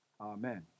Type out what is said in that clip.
Amen